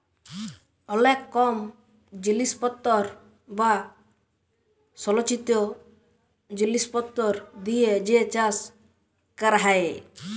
অলেক কম জিলিসপত্তর বা সলচিত জিলিসপত্তর দিয়ে যে চাষ ক্যরা হ্যয়